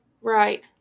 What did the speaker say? right